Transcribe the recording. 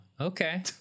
Okay